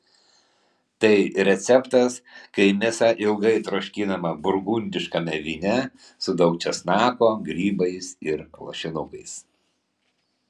tai receptas kai mėsa ilgai troškinama burgundiškame vyne su daug česnako grybais ir lašinukais